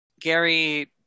Gary